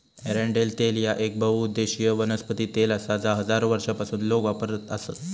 एरंडेल तेल ह्या येक बहुउद्देशीय वनस्पती तेल आसा जा हजारो वर्षांपासून लोक वापरत आसत